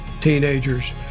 teenagers